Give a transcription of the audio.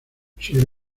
sus